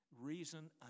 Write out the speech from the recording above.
reason